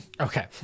Okay